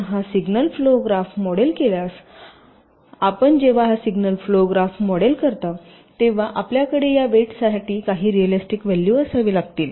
म्हणून आपण हा सिग्नल फ्लो ग्राफ मॉडेल केल्यास आपण जेव्हा हा सिग्नल फ्लो ग्राफ मॉडेल करता तेव्हा आपल्याकडे या वेटसाठी काही रिऍलिस्टिक व्हॅल्यू असावी लागतील